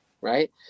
Right